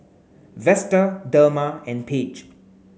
Vester Delma and Paige